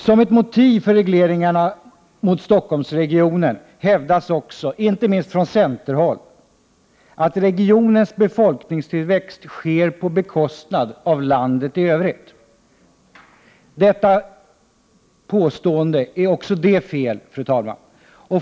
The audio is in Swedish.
Som ett motiv för de regleringar som riktas mot Stockholmsregionen hävdas också, inte minst från centerhåll, att regionens befolkningstillväxt sker på bekostnad av landet i övrigt. Även detta påstående är felaktigt, fru talman.